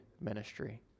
ministry